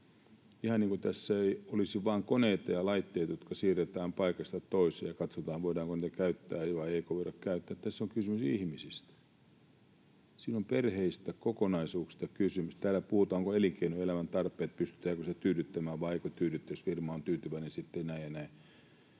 Ihan niin kuin tässä olisi vain koneita ja laitteita, jotka siirretään paikasta toiseen ja katsotaan, voidaanko niitä käyttää vai eikö voida käyttää. — Tässä on kysymys ihmisistä, siinä on perheistä ja kokonaisuuksista kysymys. Täällä puhutaan, pystytäänkö elinkeinoelämän tarpeet tyydyttämään vai eikö tyydytetä. Jos firma on tyytyväinen,